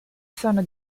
sono